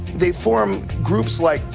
they form groups like.